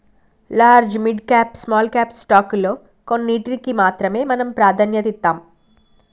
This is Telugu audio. large, mid cap, small cap స్టాకుల్లో కొన్నిటికి మాత్రమే మనం ప్రాధన్యతనిత్తాం